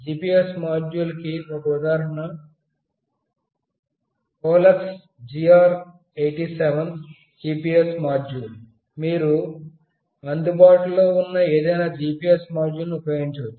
GPS module కి ఒక ఉదాహరణ HOLUX GR 87 GPS మాడ్యూల్ మీరు అందుబాటులో ఉన్న ఏదైనా ఇతర GPS మాడ్యూల్ను ఉపయోగించవచ్చు